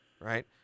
right